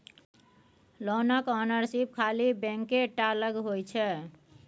लोनक ओनरशिप खाली बैंके टा लग होइ छै